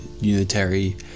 unitary